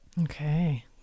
okay